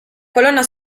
colonna